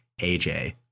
AJ